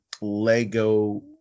Lego